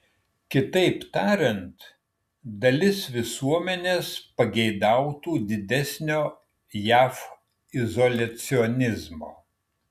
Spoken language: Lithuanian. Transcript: kitaip tariant dalis visuomenės pageidautų didesnio jav izoliacionizmo